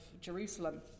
Jerusalem